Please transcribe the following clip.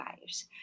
lives